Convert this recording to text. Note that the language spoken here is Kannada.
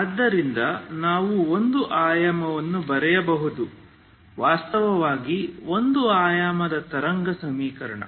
ಆದ್ದರಿಂದ ನಾವು ಒಂದು ಆಯಾಮವನ್ನು ಬರೆಯಬಹುದು ವಾಸ್ತವವಾಗಿ ಒಂದು ಆಯಾಮದ ತರಂಗ ಸಮೀಕರಣ